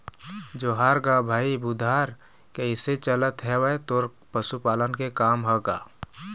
जोहार गा भाई बुधार कइसे चलत हवय तोर पशुपालन के काम ह गा?